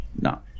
no